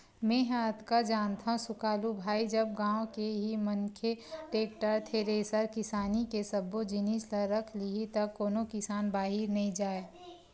मेंहा अतका जानथव सुकालू भाई जब गाँव के ही मनखे टेक्टर, थेरेसर किसानी के सब्बो जिनिस ल रख लिही त कोनो किसान बाहिर नइ जाय